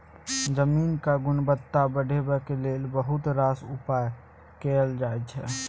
जमीनक गुणवत्ता बढ़ेबाक लेल बहुत रास उपाय कएल जाइ छै